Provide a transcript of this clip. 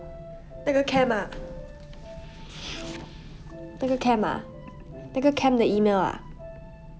那个 camp ah 那个 camp ah 那个 camp 的 email ah